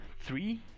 Three